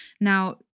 Now